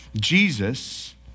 Jesus